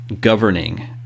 Governing